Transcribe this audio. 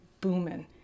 booming